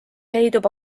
leidub